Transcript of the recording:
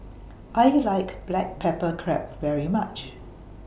I like Black Pepper Crab very much